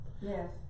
Yes